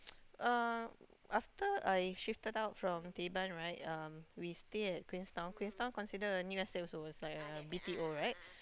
uh after I shifted out from Teban right um we stay at Queenstown Queenstown considered a new estate also it's like a B_T_O right